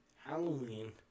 Halloween